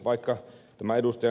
vaikka tämä ed